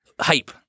hype